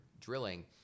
drilling